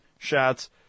shots